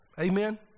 amen